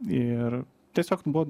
ir tiesiog buvo